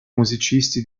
musicisti